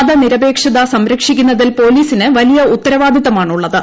മതനിരപേക്ഷത സംരക്ഷിക്കുന്നതിൽ പോലീസിന് വലിയ ഉത്തരവാദിത്തമാണുള്ളത്